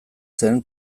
zen